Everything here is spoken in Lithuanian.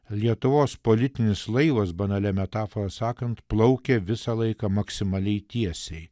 lietuvos politinis laivas banali metafora sakant plaukia visą laiką maksimaliai tiesiai